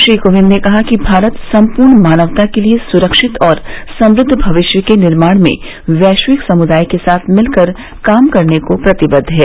श्री कोविंद ने कहा कि भारत सम्पूर्ण मानवता के लिए सुरक्षित और समृद्ध भविष्य के निर्माण में वैश्विक समृदाय के साथ मिलकर काम करने को प्रतिबद्द है